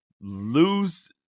Lose